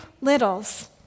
littles